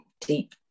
Deep